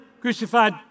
crucified